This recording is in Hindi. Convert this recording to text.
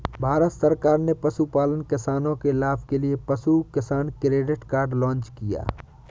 भारत सरकार ने पशुपालन किसानों के लाभ के लिए पशु किसान क्रेडिट कार्ड लॉन्च किया